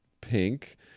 pink